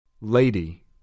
Lady